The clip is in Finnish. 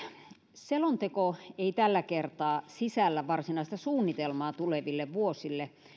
selonteko ei tällä kertaa sisällä varsinaista suunnitelmaa tuleville vuosille